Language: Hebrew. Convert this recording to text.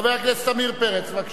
חבר הכנסת עמיר פרץ, בבקשה.